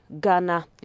Ghana